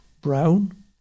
Brown